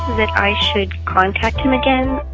that i should contact him again.